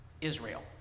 Israel